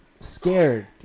scared